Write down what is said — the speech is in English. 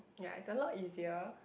ya it's a lot easier